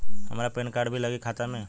हमार PAN card भी लगी खाता में?